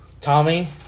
Tommy